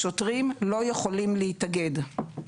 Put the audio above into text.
שוטרים לא יכולים להתאגד.